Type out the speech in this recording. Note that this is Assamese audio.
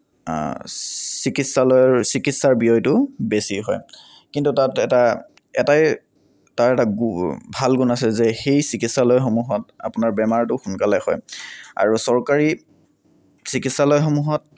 চিকিৎসালয়ৰ চিকিৎসাৰ ব্যয়টো বেছি হয় কিন্তু তাত এটা এটাই তাৰ এটা গু ভাল গুণ আছে যে সেই চিকিৎসালয়সমূহত আপোনাৰ বেমাৰটো সোনকালে ভাল হয় আৰু চৰকাৰী চিকিৎসালয়সমূহত